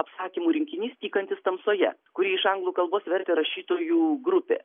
apsakymų rinkinys tykantis tamsoje kurį iš anglų kalbos vertė rašytojų grupė